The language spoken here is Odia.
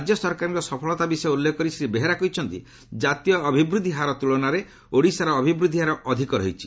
ରାଜ୍ୟ ସରକାରଙ୍କ ସଫଳତା ବିଷୟ ଉଲ୍ଲ୍ଲେଖ କରି ଶ୍ରୀ ବେହେରା କହିଛନ୍ତି କାତୀୟ ଅଭିବୃଦ୍ଧି ହାର ତୁଳନାରେ ଓଡ଼ିଶାର ଅଭିବୃଦ୍ଧିହାର ଅଧିକ ରହିଛି